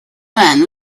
man